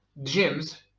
Gyms